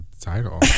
title